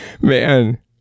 Man